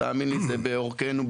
זה בעורקינו,